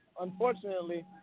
unfortunately